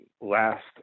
last